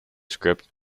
script